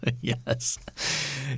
Yes